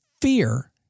fear